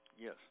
Yes